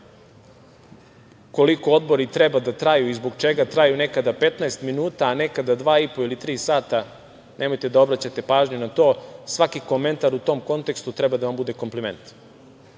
koliko odbori treba da traju i zbog čega traju nekada 15 minuta, a nekada 2,5 ili tri sata, nemojte da obraćate pažnju na to, svaki komentar u tom kontekstu treba da vam bude kompliment